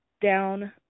down